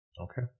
Okay